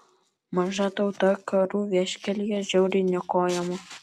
maža tauta karų vieškelyje žiauriai niokojama